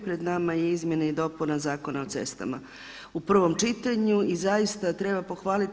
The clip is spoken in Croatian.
Pred nama je izmjena i dopuna Zakona o cestama u prvom čitanju i zaista treba pohvalit.